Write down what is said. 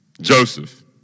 Joseph